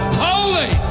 holy